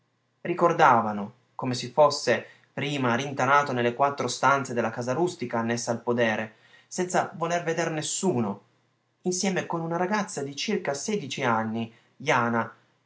ricordavano come si fosse prima rintanato nelle quattro stanze della casa rustica annessa al podere senza voler vedere nessuno insieme con una ragazza di circa sedici anni jana